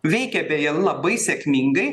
veikė beje labai sėkmingai